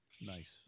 Nice